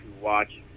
watch